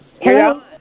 Hello